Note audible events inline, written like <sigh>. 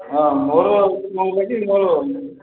ହଁ ମୋର ଆଉ <unintelligible> ମୋର